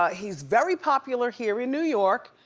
ah he's very popular here in new york.